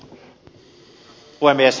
herra puhemies